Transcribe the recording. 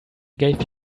gave